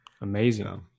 Amazing